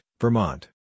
Vermont